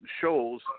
shows